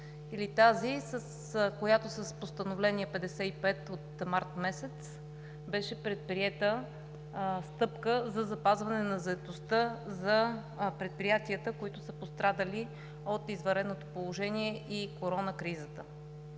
тази, с която с Постановление № 55 от месец март беше предприета стъпка за запазване на заетостта в предприятията, които са пострадали от извънредното положение и коронакризата.